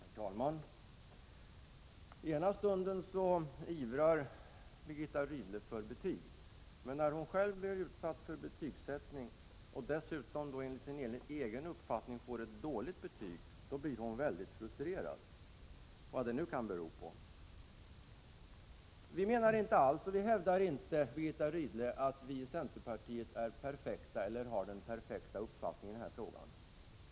Herr talman! Ena stunden ivrar Birgitta Rydle för betyg, men när hon själv blir utsatt för betygsättning, och dessutom enligt sin egen uppfattning får ett dåligt betyg, blir hon väldigt frustrerad, vad det nu kan bero på. Vi hävdar inte alls, Birgitta Rydle, att vi i centerpartiet är perfekta eller har den perfekta uppfattningen i den här frågan.